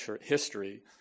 history